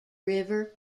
river